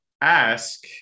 ask